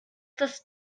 das